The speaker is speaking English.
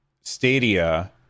Stadia